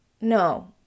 No